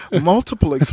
Multiple